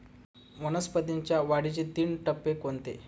वनस्पतींच्या वाढीचे तीन टप्पे कोणते?